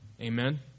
Amen